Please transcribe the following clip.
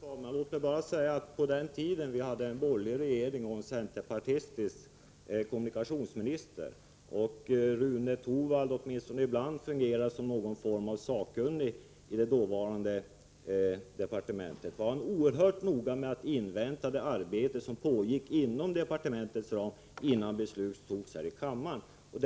Fru talman! Låt mig bara säga, att på den tiden då vi hade en borgerlig regering och en centerpartistisk kommunikationsminister och Rune Torwald åtminstone ibland fungerade som någon form av sakkunnig i departementet, var han oerhört noga med att invänta det arbete som pågick inom departementet innan beslut fattades här i kammaren.